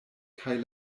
kaj